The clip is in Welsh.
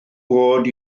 goed